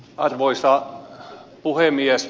arvoisa puhemies